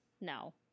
No